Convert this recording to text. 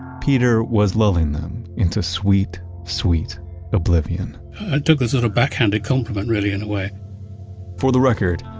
peter was lulling them into sweet sweet oblivion i took the sort of backhanded compliment really in a way for the record,